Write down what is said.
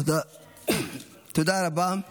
תודה, תודה רבה.